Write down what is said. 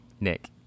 Nick